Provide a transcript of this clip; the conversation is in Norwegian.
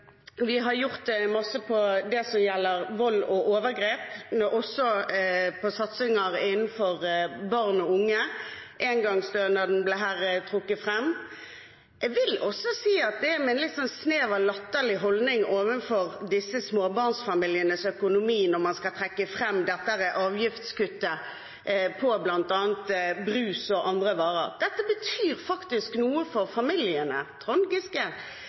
masse på det som gjelder vold og overgrep, og vi har satsinger på barn og unge. Engangsstønaden ble trukket fram her. Jeg vil si det er et snev av en latterliggjørende holdning overfor disse småbarnsfamilienes økonomi når man trekker fram avgiftskuttet på bl.a. brus og andre varer. Dette betyr faktisk noe for familiene,